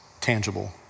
tangible